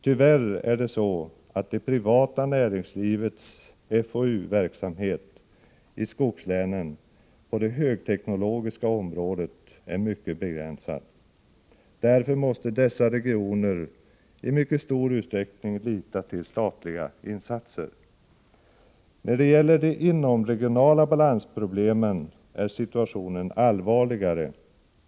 Tyvärr är det så att det privata näringslivets FoOU-verksamhet i skogslänen på det högteknologiska området är mycket begränsad. Därför måste dessa regioner i mycket stor utsträckning lita till statliga insatser. När det gäller de inomregionala balansproblemen är situationen allvarligare.